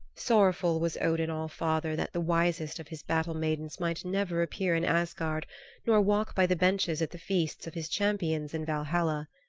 sorrowful was odin all-father that the wisest of his battle-maidens might never appear in asgard nor walk by the benches at the feasts of his champions in valhalla.